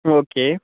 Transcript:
okay